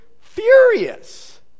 furious